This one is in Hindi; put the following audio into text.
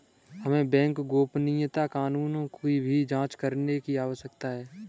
हमें बैंक गोपनीयता कानूनों की भी जांच करने की आवश्यकता है